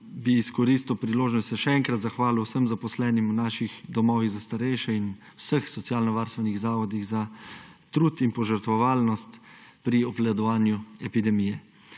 bi izkoristil priložnost, se še enkrat zahvalil vsem zaposlenim v naših domovih za starejše in vseh socialnovarstvenih zavodih za trud in požrtvovalnost pri obvladovanju epidemije.